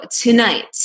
tonight